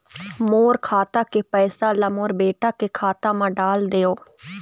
मोर खाता के पैसा ला मोर बेटा के खाता मा डाल देव?